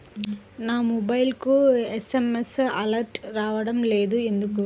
నా మొబైల్కు SMS alerts రావడం లేదు ఎందుకు?